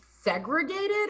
segregated